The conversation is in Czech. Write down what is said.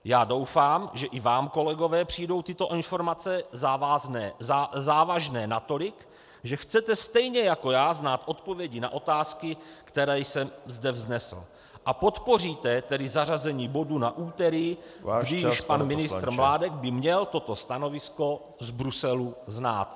Já doufám, že i vám, kolegové, přijdou tyto informace závažné natolik, že chcete stejně jako já znát odpovědi na otázky, které jsem zde vznesl, a podpoříte tedy zařazení bodu na úterý , kdy již pan ministr Mládek by měl toto stanovisko z Bruselu znát.